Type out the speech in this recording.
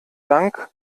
dank